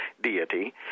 deity